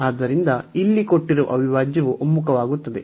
ಆದ್ದರಿಂದ ಇಲ್ಲಿ ಕೊಟ್ಟಿರುವ ಅವಿಭಾಜ್ಯವು ಒಮ್ಮುಖವಾಗುತ್ತದೆ